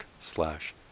slash